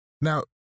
Now